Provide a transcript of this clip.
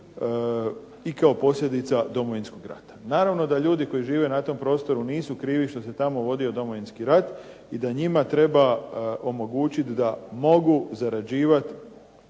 i kao posljedica Domovinskog rata. Naravno da ljudi koji žive na tom prostoru nisu krivi što se tamo vodio Domovinski rat i da njima treba omogućiti da mogu zarađivati